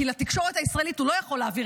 כי לתקשורת הישראלית הוא לא יכול להעביר